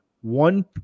one